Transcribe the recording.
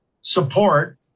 support